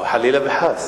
לא, חלילה וחס.